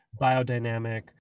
biodynamic